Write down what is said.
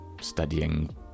studying